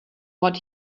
what